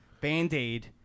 Band-Aid